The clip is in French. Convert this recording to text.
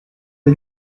des